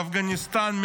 של אפגניסטאן,